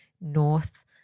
North